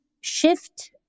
shift